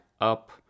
up